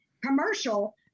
commercial